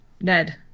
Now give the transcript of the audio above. Ned